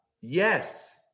Yes